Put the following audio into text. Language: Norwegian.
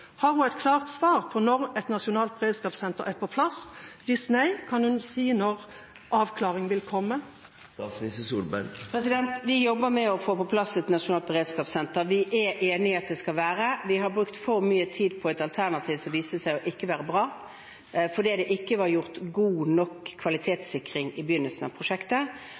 Har hun et klart svar på når et nasjonalt beredskapssenter er på plass? Hvis nei: Kan hun si når avklaring vil komme? Vi jobber med å få på plass et nasjonalt beredskapssenter. Vi er enig i at det skal være et slikt. Vi har brukt for mye tid på et alternativ som viste seg ikke å være bra, fordi det ikke var gjort en god nok kvalitetssikring i begynnelsen av prosjektet.